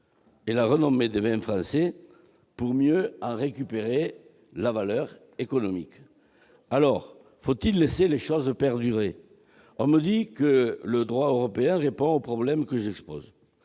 et la renommée des vins français pour mieux en récupérer la valeur économique. Faut-il laisser les choses perdurer ? On me dit que le droit européen répond au problème que j'expose